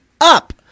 up